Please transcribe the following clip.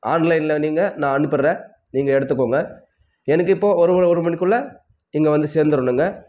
ஆன்லைன்ல நீங்கள் நான் அனுப்பிவிட்றேன் நீங்கள் எடுத்துக்கோங்கள் எனக்கு இப்போது ஒரு ஒருமணிக்குள்ள இங்கே வந்து சேந்துடணுங்க